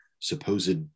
supposed